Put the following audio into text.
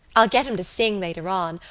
i'll get him to sing later on.